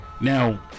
Now